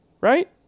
Right